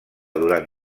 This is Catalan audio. durant